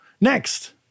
Next